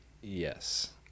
yes